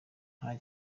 nta